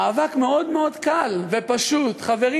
מאבק מאוד מאוד קל ופשוט: חברים,